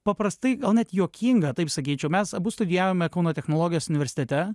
paprastai gal net juokinga taip sakyčiau mes abu studijavome kauno technologijos universitete